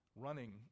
Running